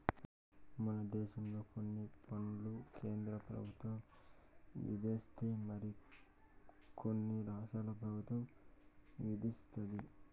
మన దేశంలో కొన్ని పన్నులు కేంద్ర పెబుత్వం విధిస్తే మరి కొన్ని రాష్ట్ర పెబుత్వం విదిస్తది